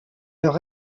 leur